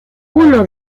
uno